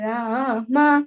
Rama